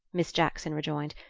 miss jackson rejoined,